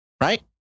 Right